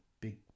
Big